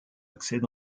accède